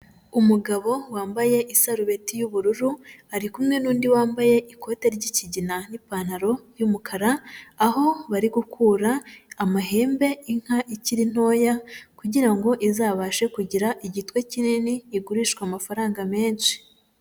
Umugabo wambaye isarubeti y'ubururu, ari kumwe n'undi wambaye ikoti ry'ikigina n'ipantaro y'umukara, aho bari gukura amahembe inka ikiri ntoya kugira ngo izabashe kugira igitwe kinini, igurishwe amafaranga menshi.